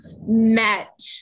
met